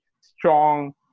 strong